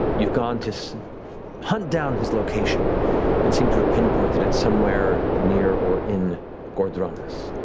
you've gone to so hunt down his location and seem to have pinpointed it somewhere near or in ghor dranas,